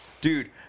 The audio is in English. Dude